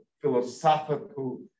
philosophical